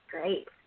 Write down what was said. Great